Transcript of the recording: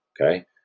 Okay